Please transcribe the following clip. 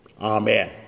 Amen